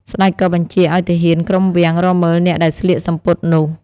ស្ដេចក៏បញ្ជាឱ្យទាហានក្រុមវាំងរកមើលអ្នកដែលស្លៀកសំពត់នោះ។